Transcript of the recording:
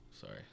Sorry